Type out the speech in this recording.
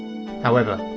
however,